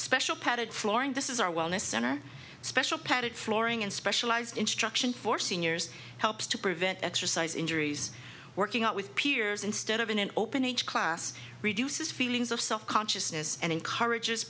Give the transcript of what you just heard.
special padded flooring this is our wellness center special padded flooring and specialized instruction for seniors helps to prevent exercise injuries working out with peers instead of in an open each class reduces feelings of self consciousness and encourages